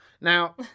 Now